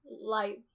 lights